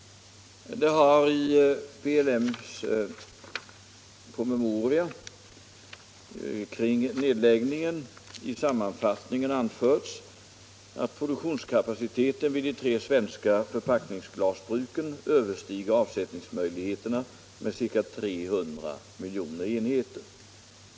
Det har i PLM:s promemoria kring nedläggningen i sammanfattningen anförts, att produktionskapaciteten vid de tre svenska förpackningsglasbruken överstiger avsättningsmöjligheterna med ca 300 miljoner enheter.